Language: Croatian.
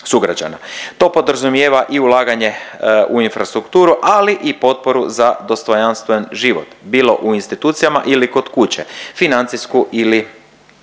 To podrazumijeva i ulaganje u infrastrukturu ali i potporu za dostojanstven život, bilo u institucijama ili kod kuće, financijsku ili